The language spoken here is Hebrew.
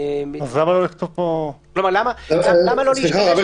למה לא להשתמש באותה הגדרה?